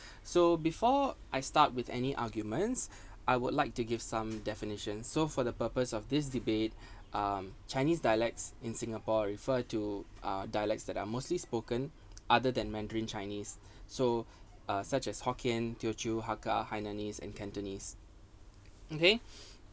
so before I start with any arguments I would like to give some definitions so for the purpose of this debate um chinese dialects in singapore refer to uh dialects that are mostly spoken other than mandarin chinese so uh such as hokkien teochew hakka hainanese and cantonese okay